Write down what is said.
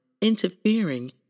interfering